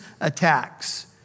attacks